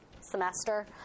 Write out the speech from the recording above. semester